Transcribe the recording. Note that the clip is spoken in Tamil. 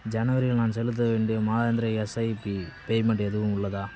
ஜனவரியில் நான் செலுத்த வேண்டிய மாதாந்திர எஸ்ஐபி பேமெண்ட் எதுவும் உள்ளதா